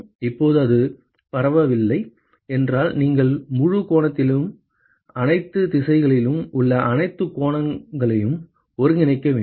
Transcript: இப்போது அது பரவவில்லை என்றால் நீங்கள் முழு கோணத்திலும் அனைத்து திசைகளிலும் உள்ள அனைத்து கோணங்களையும் ஒருங்கிணைக்க வேண்டும்